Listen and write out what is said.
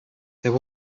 there